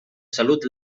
salut